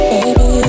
Baby